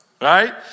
right